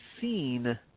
seen